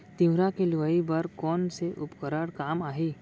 तिंवरा के लुआई बर कोन से उपकरण काम आही?